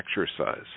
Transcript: exercise